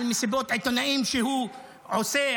על מסיבות עיתונאים שהוא עושה,